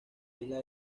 isla